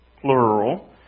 Plural